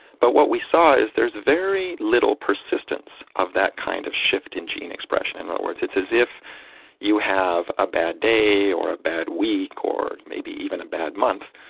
but what we saw is there's very little persistence of that kind of shift in gene expression. in other words, it's as if you have a bad day or a bad week or maybe even a bad month,